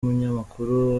munyamakuru